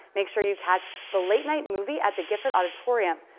make sure you catch the late night movie at the gifford auditorium.